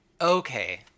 Okay